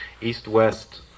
east-west